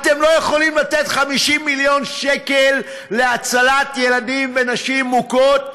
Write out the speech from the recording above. אתם לא יכולים לתת 50 מיליון שקל להצלת ילדים ונשים מוכות,